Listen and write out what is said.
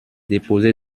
déposé